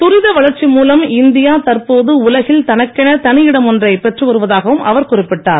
துரித வளர்ச்சி மூலம் இந்தியா தற்போது உலகில் தனக்கென தனியிடம் ஒன்றை பெற்று வருவதாகவும் அவர் குறிப்பிட்டார்